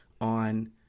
on